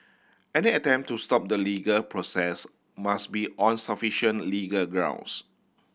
any attempt to stop the legal process must be on sufficient legal grounds